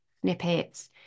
snippets